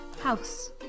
house